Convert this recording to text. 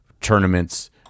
tournaments